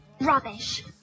Rubbish